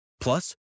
Plus